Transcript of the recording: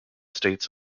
states